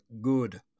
good